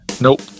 Nope